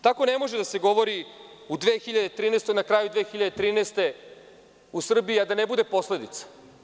Tako ne može da se govori na kraju 2013. godine u Srbiji, a da ne bude posledica.